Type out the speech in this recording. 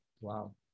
Wow